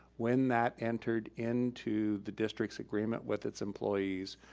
when that entered into the district's agreement with its employees,